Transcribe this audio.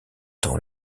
temps